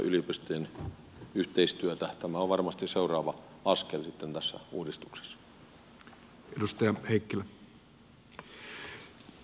tämä on varmasti seuraava askel tässä uudistuksessa